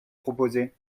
proposez